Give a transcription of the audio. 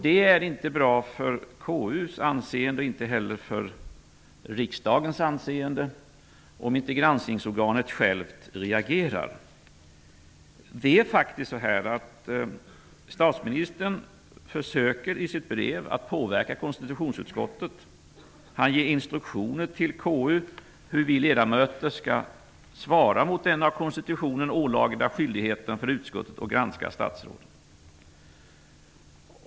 Det är inte bra för KU:s anseende och inte heller för riksdagens anseende om inte granskningsorganet självt reagerar. Statsministern försöker faktiskt i sitt brev att påverka konstitutionsutskottet. Han ger instruktioner till KU hur vi ledamöter skall svara mot den av konstitutionen ålagda skyldigheten för utskottet att granska statsråd.